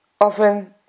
Often